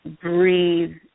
breathe